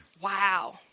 Wow